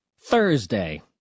Thursday